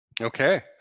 Okay